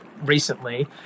recently